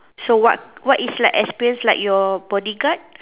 so what what is like experience like your bodyguard